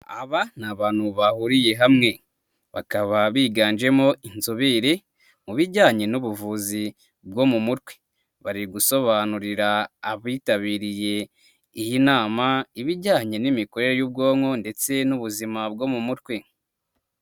Aba ni abantu bahuriye hamwe, bakaba biganjemo inzobere mu bijyanye n'ubuvuzi bwo mu mutwe, bari gusobanurira abitabiriye iyi nama, ibijyanye n'imikorere y'ubwonko ndetse n'ubuzima bwo mu mutwe.